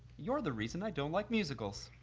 you're the reason i don't like musicals!